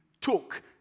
took